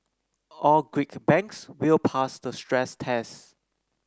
all Greek banks will pass the stress tests